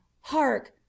hark